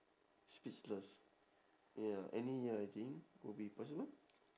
speechless ya any year I think will be possible